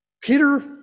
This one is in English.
Peter